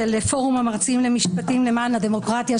של פורום המרצים למשפטים למען הדמוקרטיה,